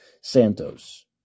santos